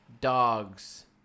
dogs